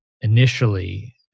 initially